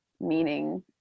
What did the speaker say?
meaning